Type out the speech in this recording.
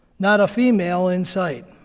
not a female in sight.